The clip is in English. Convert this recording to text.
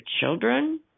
children